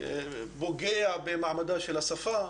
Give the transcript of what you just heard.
פוגע במעמדה של השפה.